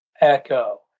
echo